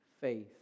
faith